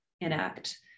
enact